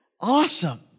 Awesome